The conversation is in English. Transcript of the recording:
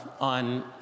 on